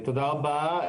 תודה רבה.